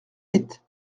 vite